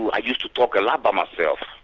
i used talk a lot by myself,